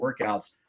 workouts